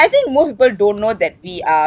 think most people don't know that we are